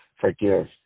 forgive